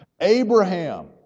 Abraham